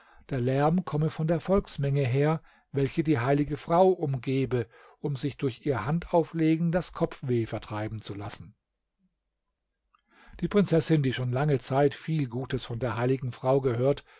der lärm komme von der volksmenge her welche die heilige frau umgebe um sich durch ihr handauflegen das kopfweh vertreiben zu lassen die prinzessin die schon lange zeit viel gutes von der heiligen frau gehört